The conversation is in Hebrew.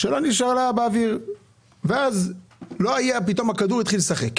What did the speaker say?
השאלה נשאלה באוויר ואז פתאום הכדור התחיל לשחק.